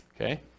Okay